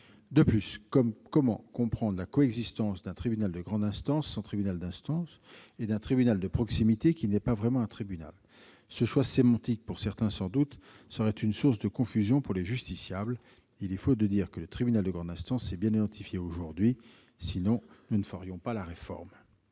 De plus, comment comprendre la coexistence d'un tribunal de grande instance sans tribunal d'instance et d'un tribunal de proximité qui n'est pas vraiment un tribunal ? Ce choix sémantique serait sans doute pour certains justiciables une source de confusion. Il est faux de dire que le tribunal de grande instance est bien identifié aujourd'hui, sinon nous ne ferions pas la réforme